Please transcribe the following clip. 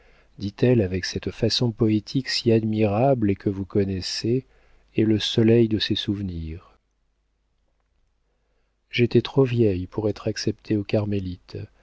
dit-elle avec cette façon poétique si admirable et que vous connaissez est le soleil de ses souvenirs j'étais trop vieille pour être acceptée aux carmélites